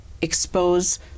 expose